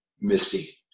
misty